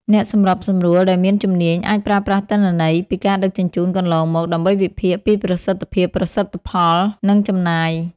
អ្នកសម្របសម្រួលដែលមានជំនាញអាចប្រើប្រាស់ទិន្នន័យពីការដឹកជញ្ជូនកន្លងមក ដើម្បីវិភាគពីប្រសិទ្ធភាព ប្រសិទ្ធផល និងចំណាយ។